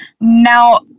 Now